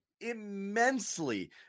immensely –